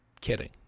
Kidding